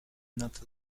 not